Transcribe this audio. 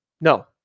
No